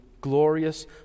glorious